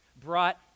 brought